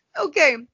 Okay